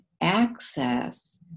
access